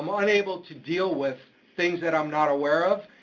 um ah unable to deal with things that i'm not aware of,